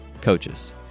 coaches